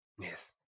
Yes